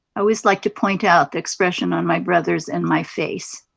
always like to point out the expression on my brother's and my face,